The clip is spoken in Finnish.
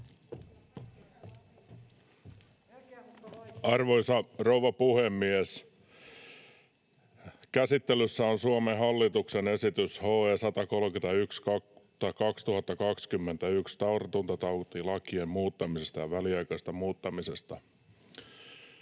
Arvoisa rouva puhemies! Käsittelyssä on Suomen hallituksen esitys HE 131/2021 tartuntatautilain muuttamisesta ja väliaikaisesta muuttamisesta.